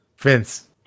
Vince